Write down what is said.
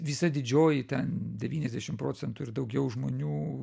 visa didžioji ten devyniasdešim procentų ir daugiau žmonių